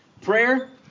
Prayer